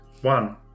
one